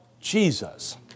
Jesus